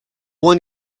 one